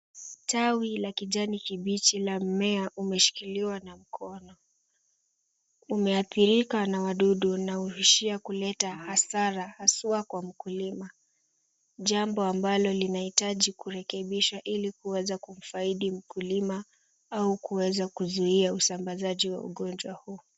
Tawi la kijani kibichi la mmea umeshikiliwa na mkono. Umeathirika na wadudu na huishia kuleta hasara haswa kwa mkulima jambo ambalo linahitaji kurekebishwa ili kuweza kumfaidi mkulima au kuweza kuzuia usambazaji wa ugonjwa huu.